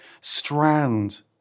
strand